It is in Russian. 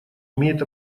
имеет